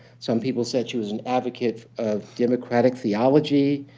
some people said she was an advocate of democratic theology.